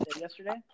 yesterday